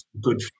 good